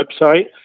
website